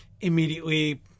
immediately